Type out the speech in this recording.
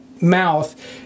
mouth